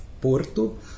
Porto